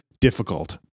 difficult